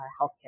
healthcare